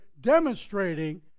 demonstrating